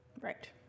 Right